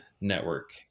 network